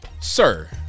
sir